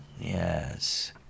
Yes